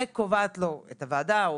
וקובעת לו את הוועדה,